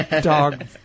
dog